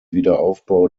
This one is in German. wiederaufbau